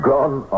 Gone